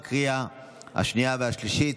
לקריאה השנייה והשלישית.